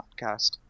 podcast